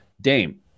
Dame